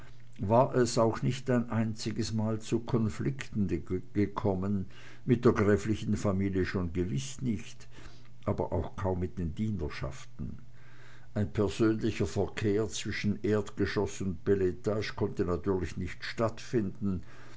war es auch nicht ein einziges mal zu konflikten gekommen mit der gräflichen familie schon gewiß nicht aber auch kaum mit den dienerschaften ein persönlicher verkehr zwischen erdgeschoß und beletage konnte natürlich nicht stattfinden